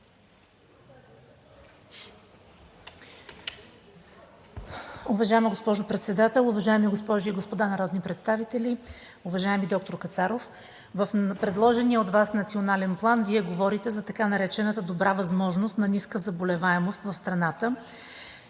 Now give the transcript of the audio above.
Уважаема госпожо Председател, уважаеми госпожи и господа народни представители! Уважаеми доктор Кацаров, в предложения от Вас Национален план Вие говорите за така наречената добра възможност на ниска заболеваемост в страната.